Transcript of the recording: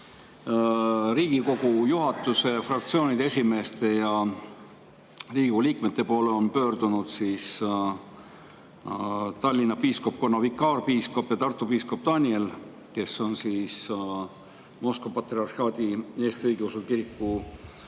Riigikogu juhatuse, fraktsioonide esimeeste ja Riigikogu liikmete poole on pöördunud Tallinna piiskopkonna vikaarpiiskop ja Tartu piiskop Daniel, kes on praegu Moskva Patriarhaadi Eesti Õigeusu Kiriku